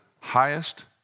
highest